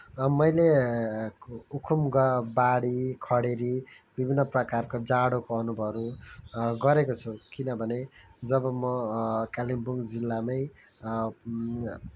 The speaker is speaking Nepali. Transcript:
र मैले उखुम ग बाढी खडेरी विभिन्न प्रकारको जाडोको अनुभवहरू गरेको छु किनभने जब म कालिम्पोङ जिल्लामै